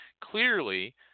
clearly